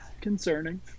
concerning